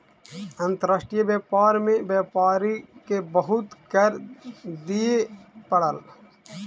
अंतर्राष्ट्रीय व्यापार में व्यापारी के बहुत कर दिअ पड़ल